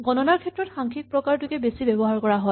গণনাৰ ক্ষেত্ৰত সাংখ্যিক প্ৰকাৰটোকে বেছি ব্যৱহাৰ কৰা হয়